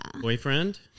boyfriend